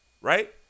right